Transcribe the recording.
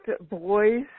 boys